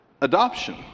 Adoption